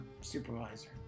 supervisor